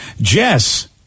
Jess